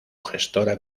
gestora